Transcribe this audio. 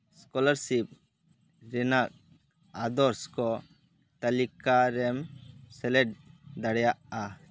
scholarship ᱨᱮᱱᱟᱜ ᱟᱨᱫᱟᱥ ᱠᱚ ᱛᱟᱞᱤᱠᱟ ᱨᱮᱢ ᱥᱮᱞᱮᱫ ᱫᱟᱲᱮᱭᱟᱜᱼᱟ